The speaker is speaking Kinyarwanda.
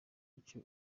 icyo